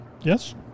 Yes